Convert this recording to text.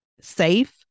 safe